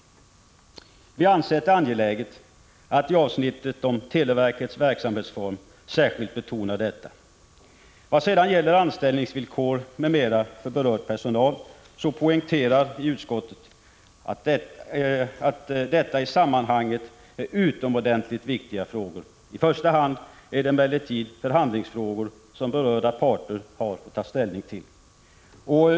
Vi har ansett det angeläget att i avsnittet om televerkets verksamhetsform särskilt betona detta. Vad sedan gäller anställningsvillkor m.m. för berörd personal poängterar utskottet att de frågorna i sammanhanget är utomordentligt viktiga. I första hand är det emellertid förhandlingsfrågor som berörda parter har att ta ställning till.